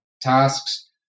tasks